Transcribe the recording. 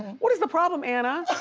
what is the problem, anna?